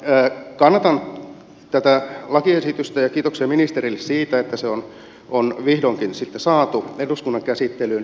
kannatan tätä lakiesitystä ja kiitoksia ministerille siitä että se on vihdoinkin sitten saatu eduskunnan käsittelyyn